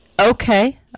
Okay